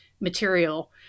material